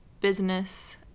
business